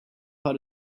how